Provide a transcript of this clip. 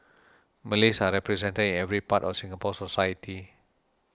Malays are represented in every part of Singapore society